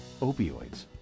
opioids